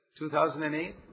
2008